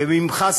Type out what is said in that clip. וממך,